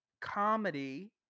comedy